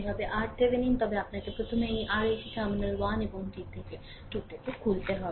তবে প্রথমে আপনাকে এই RLটি টার্মিনাল 1 এবং 2 থেকে খুলতে হবে